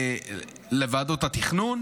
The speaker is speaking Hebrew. לתרום לוועדות התכנון.